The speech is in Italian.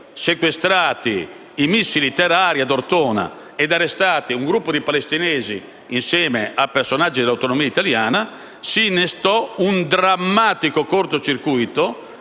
sequestrati i missili terra‑aria ad Ortona e arrestati un gruppo di palestinesi, insieme a personaggi di Autonomia operaia italiana, si innestò un drammatico cortocircuito